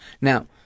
Now